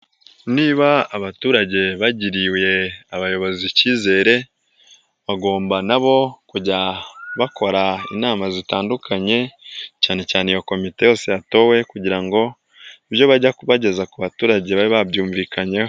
Niba abaturage bagiriwe abayobozi icyizere, bagomba nabo kujya bakora inama zitandukanye, cyane cyane iyo komite yose yatowe kugira ngo ibyo bajya bageza ku baturage babe babyumvikanyeho.